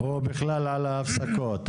או בכלל על ההפסקות?